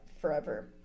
forever